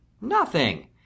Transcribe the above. Nothing